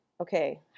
okay